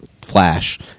Flash